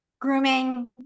grooming